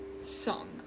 song